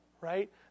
right